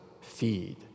feed